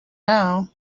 now